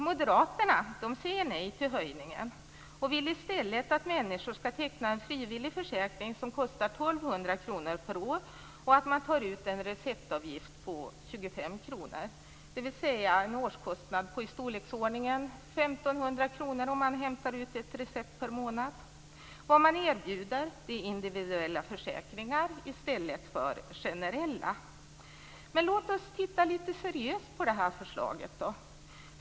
Moderaterna säger nej till höjningen och vill i stället att människor skall teckna en frivillig försäkring, som kostar 1 200 kr per år och att det tas ut en receptavgift om 25 kr, dvs. en årskostnad i storleksordningen 1 500 kr, om man hämtar ut ett recept per månad. Vad man erbjuder är individuella försäkringar i stället för generella. Låt oss titta lite seriöst på det här förslaget.